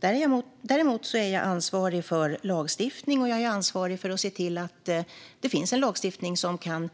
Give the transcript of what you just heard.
Däremot är jag ansvarig för lagstiftning och för att se till att det finns en lagstiftning som kan